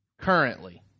currently